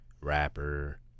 rapper